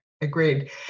agreed